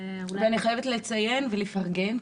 אני חייבת לציין ולפרגן,